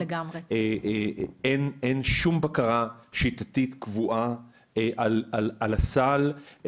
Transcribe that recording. אין שום בקרה שיטתית וקבועה על הסל.